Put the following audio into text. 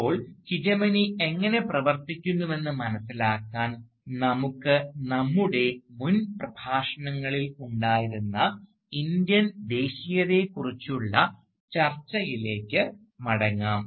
ഇപ്പോൾ ഹീജെമനി എങ്ങനെ പ്രവർത്തിക്കുന്നുവെന്ന് മനസിലാക്കാൻ നമുക്ക് നമ്മുടെ മുൻ പ്രഭാഷണങ്ങളിൽ ഉണ്ടായിരുന്ന ഇന്ത്യൻ ദേശീയതയെക്കുറിച്ചുള്ള ചർച്ചയിലേക്ക് മടങ്ങാം